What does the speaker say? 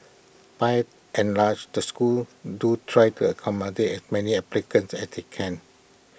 by and large the schools do try to accommodate many applicants as they can